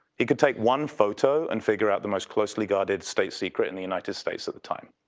he could take one photo and figure out the most closely guarded state secret in the united states at the time.